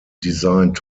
designed